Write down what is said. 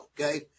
Okay